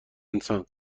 انسان